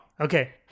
Okay